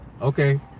Okay